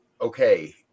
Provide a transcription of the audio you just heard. okay